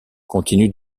continue